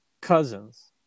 cousins